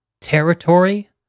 territory